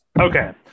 Okay